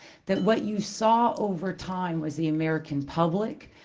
that what you saw over time was the american public,